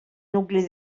nucli